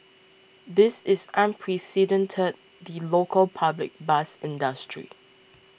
this is unprecedented the local public bus industry